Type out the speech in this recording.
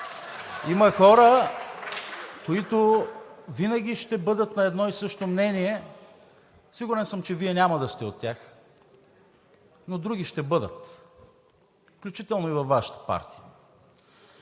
Има хора, които винаги ще бъдат на едно и също мнение. Сигурен съм, че Вие няма да сте от тях, но други ще бъдат, включително и във Вашата партия.